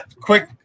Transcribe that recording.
quick